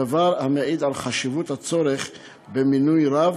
דבר המעיד על חשיבות הצורך במינוי רב,